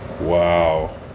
wow